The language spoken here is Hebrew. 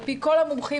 על פי כל המומחים,